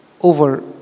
Over